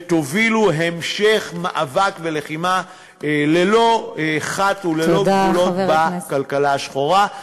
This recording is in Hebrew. ותובילו המשך מאבק ולחימה ללא חת וללא גבולות בכלכלה השחורה.